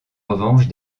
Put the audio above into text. revanche